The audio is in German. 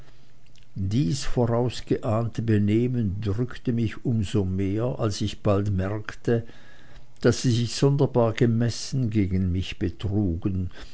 dies vorausgeahnte benehmen drückte mich um so mehr als ich bald bemerkte daß sie sich sonderbar gemessen gegen mich betrugen